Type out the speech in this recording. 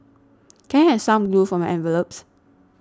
can I have some glue for my envelopes